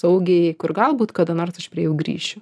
saugiai kur galbūt kada nors aš prie jų grįšiu